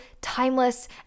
timeless